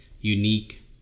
unique